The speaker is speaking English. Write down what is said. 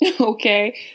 Okay